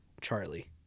Charlie